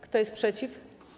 Kto jest przeciw?